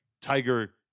tiger